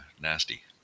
nasty